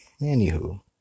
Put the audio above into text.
anywho